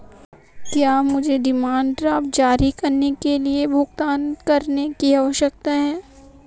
क्या मुझे demand draft जारी करने के लिए भुगतान करने की आवश्यकता है?